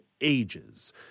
ages